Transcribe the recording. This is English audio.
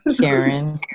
Karen